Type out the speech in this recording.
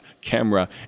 camera